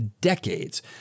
decades